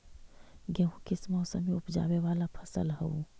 गेहूं किस मौसम में ऊपजावे वाला फसल हउ?